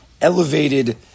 elevated